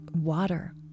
water